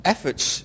Efforts